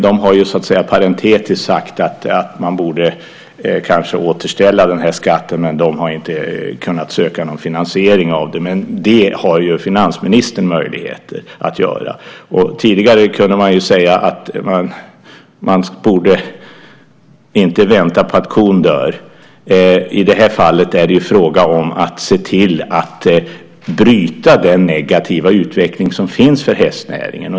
Den har parentetiskt sagt att man kanske borde återställa den här skatten, men den har inte kunnat söka någon finansiering av detta. Det har dock finansministern möjlighet att göra. Tidigare kunde man säga att man inte borde vänta på att kon dör. I det här fallet är det fråga om att se till att bryta den negativa utveckling som finns för hästnäringen.